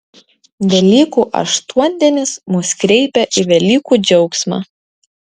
velykų aštuondienis mus kreipia į velykų džiaugsmą